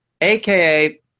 AKA